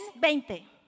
20